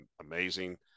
amazing